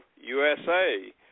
USA